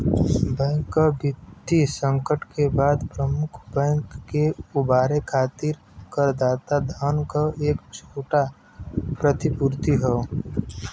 bank कर वित्तीय संकट के बाद प्रमुख बैंक के उबारे खातिर करदाता धन क एक छोटा प्रतिपूर्ति हौ